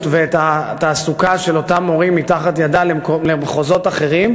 ואת התעסוקה של אותם מורים מתחת ידה למחוזות אחרים,